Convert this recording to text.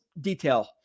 detail